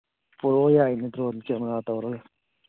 ꯄꯣꯔꯛꯑꯣ ꯌꯥꯏꯅꯦ drone camera ꯇꯧꯔꯒ